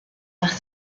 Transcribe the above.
par